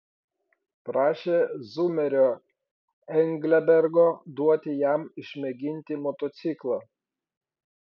prašė zumerio englebergo duoti jam išmėginti motociklą